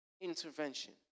intervention